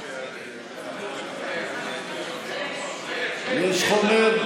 יש חומר?